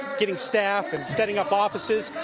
getting staff and setting up offices.